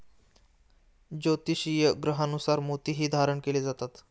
ज्योतिषीय ग्रहांनुसार मोतीही धारण केले जातात